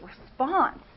response